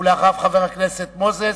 ואחריו, חבר הכנסת מוזס,